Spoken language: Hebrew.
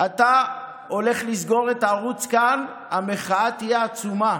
אתה הולך לסגור את ערוץ "כאן", המחאה תהיה עצומה.